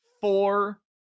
four